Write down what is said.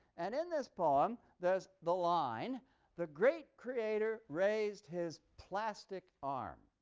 and in this poem there is the line the great creator raised his plastic arm.